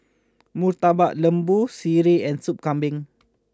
Murtabak Lembu Sireh and Sup Kambing